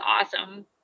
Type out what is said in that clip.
awesome